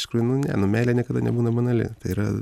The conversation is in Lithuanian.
iš tikrųjų nu ne nu meilė niekada nebūna banali yra